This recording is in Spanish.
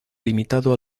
limitado